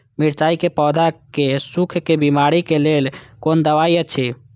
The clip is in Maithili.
मिरचाई के पौधा के सुखक बिमारी के लेल कोन दवा अछि?